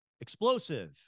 explosive